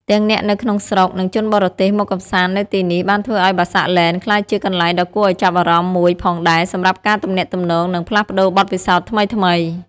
ទាំងអ្នកនៅក្នុងស្រុក និងជនបរទេសមកកម្សាន្តនៅទីនេះ បានធ្វើឱ្យ បាសាក់ ឡេន ក្លាយជាកន្លែងដ៏គួរឱ្យចាប់អារម្មណ៍មួយផងដែរសម្រាប់ការទំនាក់ទំនង និងផ្លាស់ប្តូរបទពិសោធន៍ថ្មីៗ។